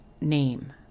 name